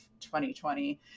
2020